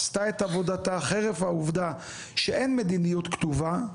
עשתה את עבודתה חרף העובדה שאין מדיניות כתובה,